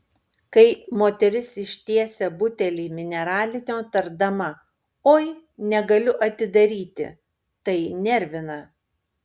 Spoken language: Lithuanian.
kai moteris ištiesia butelį mineralinio tardama oi negaliu atidaryti tai nervina